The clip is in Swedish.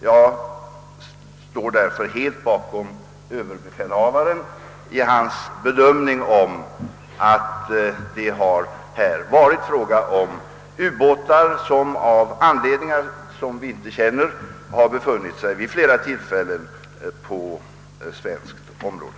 Jag står därför helt bakom överbefälhavaren i hans bedöm ning, att det varit fråga om ubåtar som av orsaker, vilka vi inte känner, vid flera tillfällen befunnit sig på svenskt område.